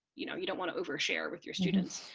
you know, you don't want to over share with your students